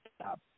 stop